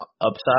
upside